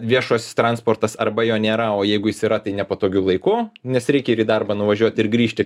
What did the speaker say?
viešasis transportas arba jo nėra o jeigu jis yra tai nepatogiu laiku nes reikia ir į darbą nuvažiuoti ir grįžti